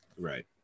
right